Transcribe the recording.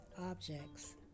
objects